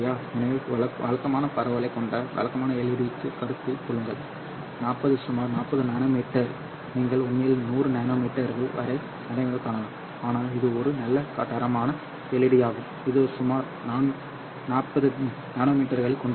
எனவே வழக்கமான பரவலைக் கொண்ட வழக்கமான LED ஐக் கருத்தில் கொள்ளுங்கள் 40 சுமார் 40 நானோமீட்டர்கள் நீங்கள் உண்மையில் 100 நானோமீட்டர்கள் வரை நடைமுறையில் காணலாம் ஆனால் இது ஒரு நல்ல தரமான LED ஆகும் இது சுமார் 40 நானோமீட்டர்களைக் கொண்டுள்ளது